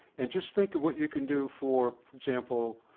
and just think of what you could do for, for example,